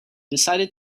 decided